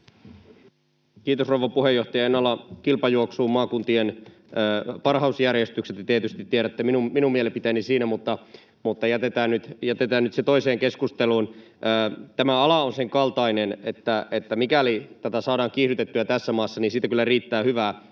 Kiitos, rouva puheenjohtaja! En ala kilpajuoksuun maakuntien parhausjärjestyksestä — te tietysti tiedätte minun mielipiteeni siinä — vaan jätetään nyt se toiseen keskusteluun. Tämä ala on sen kaltainen, että mikäli tätä saadaan kiihdytettyä tässä maassa, niin siitä kyllä riittää hyvää